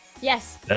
Yes